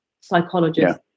psychologist